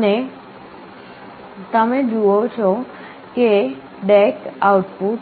અને તમે જુઓ છો કે DAC આઉટપુટ